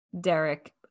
Derek